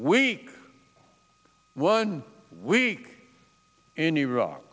week one week in iraq